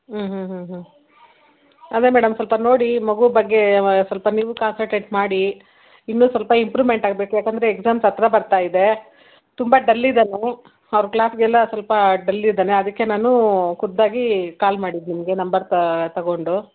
ಹ್ಞೂ ಹ್ಞೂ ಹ್ಞೂ ಹ್ಞೂ ಅದೇ ಮೇಡಮ್ ಸ್ವಲ್ಪ ನೋಡಿ ಮಗು ಬಗ್ಗೆ ಸ್ವಲ್ಪ ನೀವೂ ಕಾನ್ಸನ್ಟ್ರೇಟ್ ಮಾಡಿ ಇನ್ನೂ ಸ್ವಲ್ಪ ಇಂಪ್ರೂವ್ಮೆಂಟ್ ಆಗಬೇಕು ಯಾಕಂದರೆ ಎಕ್ಸಾಮ್ಸ್ ಹತ್ತಿರ ಬರ್ತಾಯಿದೆ ತುಂಬ ಡಲ್ ಇದ್ದಾನೆ ಅವರ ಕ್ಲಾಸ್ಗೆಲ್ಲ ಸ್ವಲ್ಪ ಡಲ್ ಇದ್ದಾನೆ ಅದಕ್ಕೆ ನಾನು ಖುದ್ದಾಗಿ ಕಾಲ್ ಮಾಡಿದ್ದೀನಿ ಇದೆ ನಂಬರ್ ತ ತಗೊಂಡು